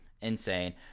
insane